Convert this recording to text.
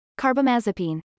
Carbamazepine